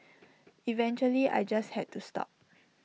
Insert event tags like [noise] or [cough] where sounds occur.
[noise] eventually I just had to stop